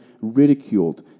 ridiculed